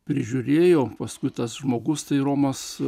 prižiūrėjo paskui tas žmogus tai romas